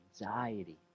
anxiety